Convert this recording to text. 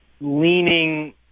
leaning